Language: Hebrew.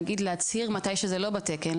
נגיד להצהיר מתי שזה לא בתקן,